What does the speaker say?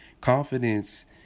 Confidence